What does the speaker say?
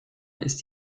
ist